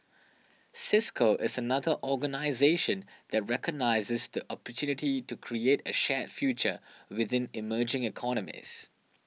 Cisco is another organisation that recognises the opportunity to create a shared future within emerging economies